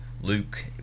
Luke